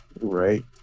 Right